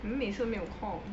你们每次都没有空